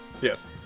Yes